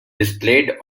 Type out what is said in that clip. displayed